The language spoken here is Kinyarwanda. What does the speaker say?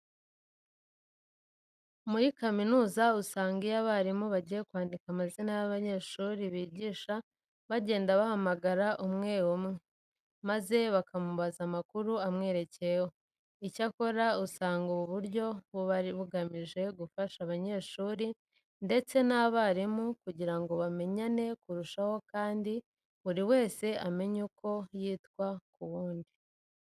Muri kaminuza usanga iyo abarimu bagiye kwandika amazina y'abanyeshuri bigisha bagenda bahamagara umwe umwe maze bakamubaza amakuru amwerekeyeho. Icyakora usanga ubu buryo buba bugamije gufasha abanyeshuri ndetse n'abarimu kugira ngo bamenyane kurushaho kandi buri wese amenye uko yitwara ku wundi.